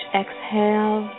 exhale